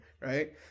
right